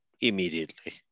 immediately